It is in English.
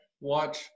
watch